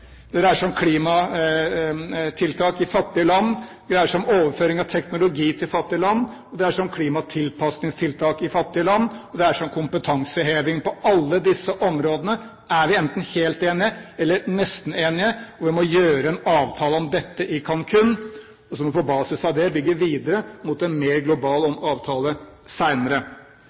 det dreier seg om klimatiltak i fattige land, det dreier seg om overføring av teknologi til fattige land, det dreier seg om klimatilpasningstiltak i fattige land, og det dreier seg om kompetanseheving. På alle disse områdene er vi enten helt enige eller nesten enige. Vi må gjøre en avtale om dette i Cancun, og så må vi på basis av det bygge videre mot en mer global avtale